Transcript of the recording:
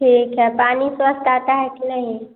ठीक है पानी स्वस्थ आता है कि नहीं